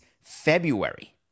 February